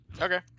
Okay